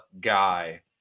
guy